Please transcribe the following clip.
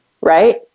right